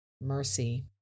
mercy